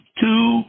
two